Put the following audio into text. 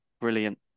Brilliant